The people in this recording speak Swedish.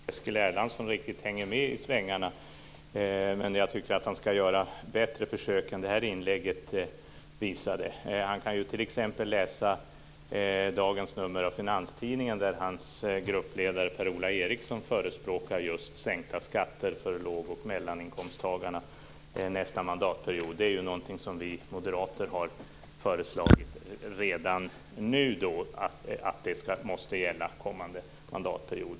Herr talman! Jag vet inte om Eskil Erlandsson hänger med i svängarna. Men jag tycker att han skall göra bättre försök än det här inlägget. Han kan t.ex. läsa dagens nummer av Finanstidningen där hans gruppledare Per-Ola Eriksson förespråkar just sänkta skatter för låg och medelinkomsttagarna till nästa mandatperiod. Det är någonting som vi moderater redan nu har föreslagit skall gälla kommande mandatperiod.